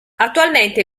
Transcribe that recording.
attualmente